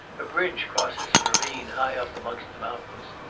a bridge crosses a ravine high up amongst the mountains.